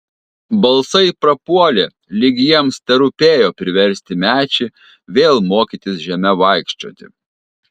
balsai prapuolė lyg jiems terūpėjo priversti mečį vėl mokytis žeme vaikščioti